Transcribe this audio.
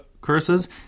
curses